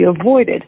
avoided